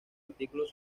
artículos